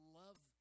love